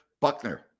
Buckner